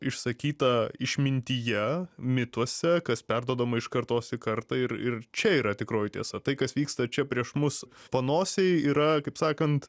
išsakyta išmintyje mituose kas perduodama iš kartos į kartą ir ir čia yra tikroji tiesa tai kas vyksta čia prieš mus panosėj yra kaip sakant